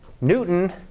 Newton